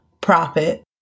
profit